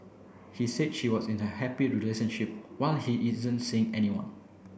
he said she was in a happy relationship while he isn't seeing anyone